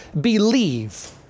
believe